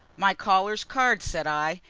my caller's card, said i.